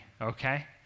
okay